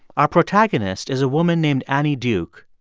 our protagonist is a woman named annie duke.